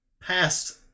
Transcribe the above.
past